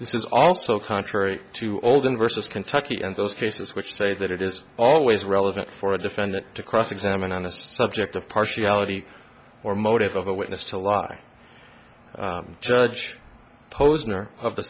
this is also contrary to all them versus kentucky and those cases which say that it is always relevant for a defendant to cross examine on a subject of partiality or motive of a witness to lie judge posner of the